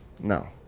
No